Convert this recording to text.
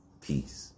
Peace